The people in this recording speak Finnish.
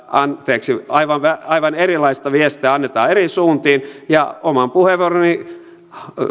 anteeksi aivan erilaista viestiä annetaan eri suuntiin oman puheenvuoroni